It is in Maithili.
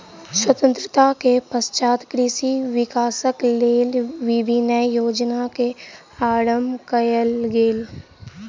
स्वतंत्रता के पश्चात कृषि विकासक लेल विभिन्न योजना के आरम्भ कयल गेल